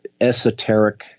esoteric